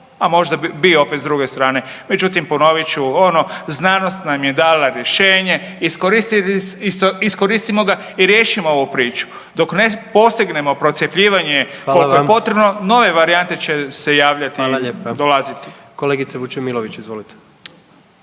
a možda bi opet s druge strane. Međutim, ponovit ću ono znanost nam je dala rješenje, iskoristimo ga riješimo ovu priču. Dok ne postignemo procjepljivanje koliko je potrebno …/Upadica: Hvala vam./… nove varijante će se javljati i dolaziti. **Jandroković, Gordan